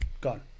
Gone